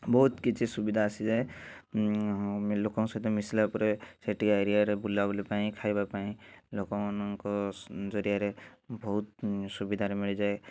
ବହୁତ କିଛି ସୁବିଧା ଆସିଯାଏ ଲୋକଙ୍କ ସହିତ ମିଶିଲା ପରେ ସେଠିକା ଏରିଆରେ ବୁଲାବୁଲି ପାଇଁ ଖାଇବା ପାଇଁ ଲୋକମାନଙ୍କ ସ ଜରିଆରେ ବହୁତ ସୁବିଧାରେ ମିଳିଯାଏ